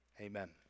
amen